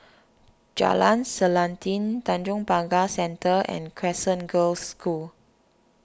Jalan Selanting Tanjong Pagar Centre and Crescent Girls' School